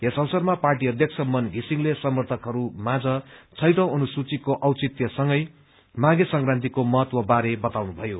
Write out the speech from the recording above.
यस अवसरमा पार्टी अध्यक्ष मन घिसिङले समर्थकहरू माझ छैंटौं अनुसूचीको औचित्यसंगै माघे संकान्तिको महत्त्व बारे बताउनुभयो